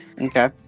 Okay